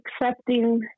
accepting